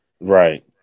Right